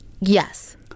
yes